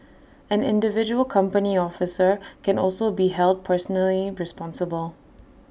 an individual company officer can also be held personally responsible